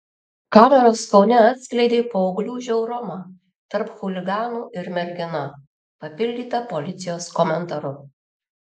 kameros kaune atskleidė paauglių žiaurumą tarp chuliganų ir mergina papildyta policijos komentaru